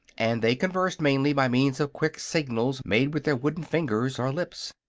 and they conversed mainly by means of quick signals made with their wooden fingers or lips.